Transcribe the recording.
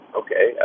okay